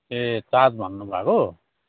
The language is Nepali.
ए चार्ज भन्नुभएको